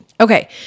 okay